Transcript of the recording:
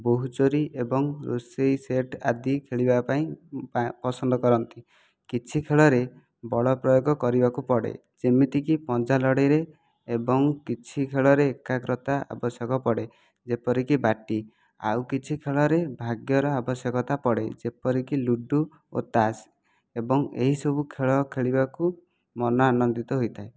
ବୋହୁଚୋରି ଏବଂ ରୋଷେଇ ସେଟ୍ ଆଦି ଖେଳିବା ପାଇଁ ପସନ୍ଦ କରନ୍ତି କିଛି ଖେଳରେ ବଳ ପ୍ରୟୋଗ କରିବାକୁ ପଡ଼େ ଯେମିତିକି ପଞ୍ଝା ଲଢ଼େଇରେ ଏବଂ କିଛି ଖେଳରେ ଏକାଗ୍ରତା ଆବଶ୍ୟକ ପଡ଼େ ଯେପରିକି ବାଟି ଆଉ କିଛି ଖେଳରେ ଭାଗ୍ୟର ଆବଶ୍ୟକତା ପଡ଼େ ଯେପରିକି ଲୁଡୁ ଓ ତାସ ଏବଂ ଏହି ସବୁ ଖେଳ ଖେଳିବାକୁ ମନ ଆନନ୍ଦିତ ହୋଇଥାଏ